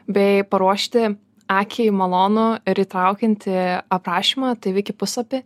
bei paruošti akiai malonų ir įtraukiantį aprašymą tai viki puslapį